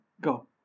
Go